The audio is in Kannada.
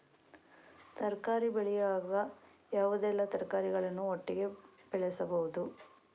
ತರಕಾರಿ ಬೆಳೆಯುವಾಗ ಯಾವುದೆಲ್ಲ ತರಕಾರಿಗಳನ್ನು ಒಟ್ಟಿಗೆ ಬೆಳೆಸಬಹುದು?